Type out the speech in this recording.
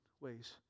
ways